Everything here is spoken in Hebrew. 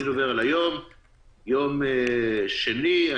יום שני,